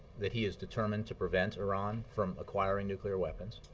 that he is determined to prevent iran from acquiring nuclear weapons.